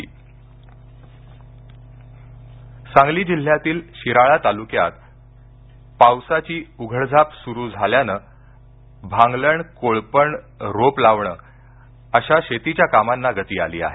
शिराळा शेतीकामे इंट्रो सांगली जिल्ह्यातील शिराळा तालूक्यात पावसाची उघडझाप सुरू झाल्याने भांगलण कोळपण रोप लावणे अशा शेतीच्या कामांना गती आली आहे